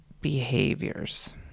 behaviors